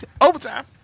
overtime